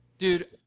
Dude